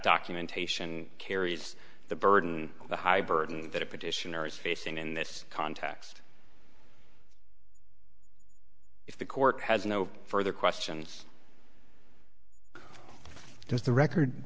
documentation carries the burden of the high burden that a petitioner is facing in this context if the court has no further questions does the record